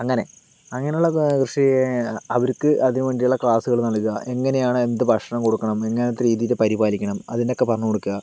അങ്ങനെ അങ്ങനെയുള്ള കൃഷി അവർക്ക് അതിനു വേണ്ടിയുള്ള ക്ലാസ്സുകള് നൽകുക എങ്ങനെയാണ് എന്ത് ഭക്ഷണം കൊടുക്കണം എങ്ങനത്തെ രീതിയിൽ പരിപാലിക്കണം അതിനൊക്കെ പറഞ്ഞു കൊടുക്കുക